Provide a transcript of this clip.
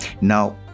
Now